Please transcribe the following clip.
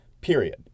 period